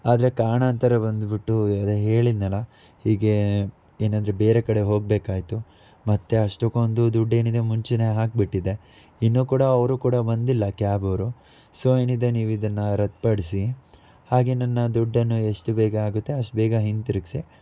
ಆದರೆ ಕಾರಣಾಂತರ ಬಂದುಬಿಟ್ಟು ಅದೇ ಹೇಳಿದೆನಲ್ಲ ಹೀಗೇ ಏನಂದರೆ ಬೇರೆ ಕಡೆ ಹೋಗಬೇಕಾಯ್ತು ಮತ್ತು ಅಷ್ಟಕ್ಕೊಂದು ದುಡ್ಡೇನಿದೆ ಮುಂಚೆಯೇ ಹಾಕಿಬಿಟ್ಟಿದ್ದೆ ಇನ್ನೂ ಕೂಡ ಅವರು ಕೂಡ ಬಂದಿಲ್ಲ ಕ್ಯಾಬವರು ಸೊ ಏನಿದೆ ನೀವಿದನ್ನು ರದ್ದು ಪಡಿಸಿ ಹಾಗೇ ನನ್ನ ದುಡ್ಡನ್ನು ಎಷ್ಟು ಬೇಗ ಆಗುತ್ತೆ ಅಷ್ಟು ಬೇಗ ಹಿಂತಿರ್ಗಿಸಿ